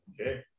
Okay